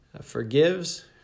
forgives